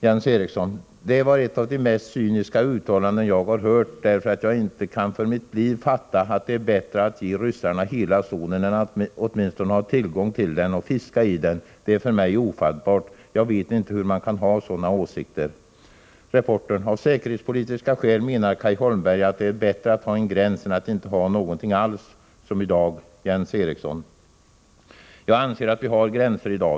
Jens Eriksson: Det var ett av de mest cyniska uttalanden jag har hört, därför att jag kan inte för mitt liv fatta att det är bättre att ge ryssarna hela zonen än att åtminstone ha tillgång till den och fiska i den. Det är för mig ofattbart. Jag vet inte hur man kan ha sådana åsikter. Reportern: Av säkerhetspolitiska skäl menar Cay Holmberg att det är bättre att ha en gräns än att inte ha någonting alls, som i dag. Jens Eriksson: Jag anser att vi har gränser i dag.